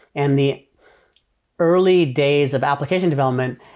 and the early days of application development,